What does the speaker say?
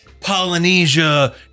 Polynesia